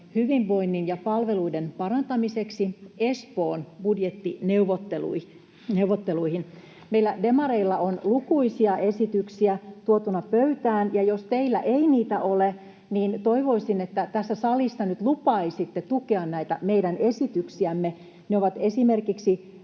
hyvinvoinnin ja palveluiden parantamiseksi Espoon budjettineuvotteluihin? Meillä demareilla on lukuisia esityksiä tuotuna pöytään, ja jos teillä ei niitä ole, niin toivoisin, että tässä salissa nyt lupaisitte tukea näitä meidän esityksiämme. Niitä ovat esimerkiksi